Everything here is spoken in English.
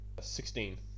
Sixteen